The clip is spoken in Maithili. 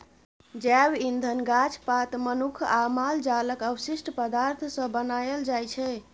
जैब इंधन गाछ पात, मनुख आ माल जालक अवशिष्ट पदार्थ सँ बनाएल जाइ छै